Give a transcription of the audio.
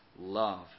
love